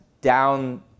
down